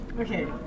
Okay